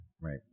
right